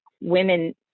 women